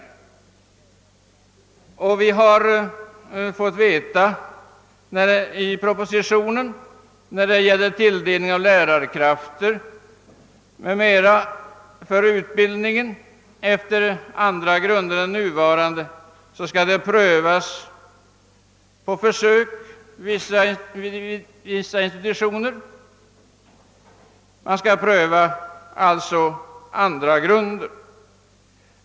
Dessutom har vi i propositionen fått veta att vad beträffar tilldelning av lärarkrafter m.m. skall andra grunder än nu prövas vid vissa institutioner.